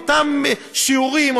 אותם שיעורים,